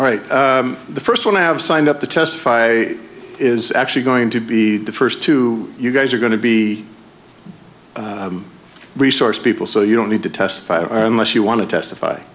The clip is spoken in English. all right the first one i have signed up to testify is actually going to be the first two you guys are going to be resource people so you don't need to test fire unless you want to testify